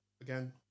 again